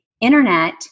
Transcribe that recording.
Internet